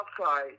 outside